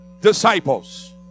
disciples